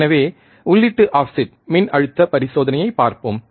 எனவே உள்ளீட்டு ஆஃப்செட் மின்னழுத்த பரிசோதனையைப் பார்ப்போம்